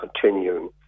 continuing